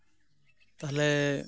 ᱛᱟᱦᱚᱞᱮ